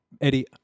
eddie